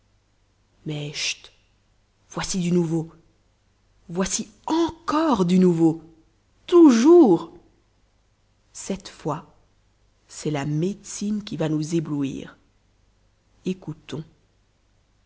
voici du nouveau voici encore du nouveau toujours cette fois c'est la médecine qui va nous éblouir écoutons